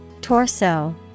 Torso